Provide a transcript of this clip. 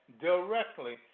directly